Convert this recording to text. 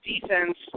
defense